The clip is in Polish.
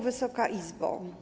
Wysoka Izbo!